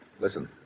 Listen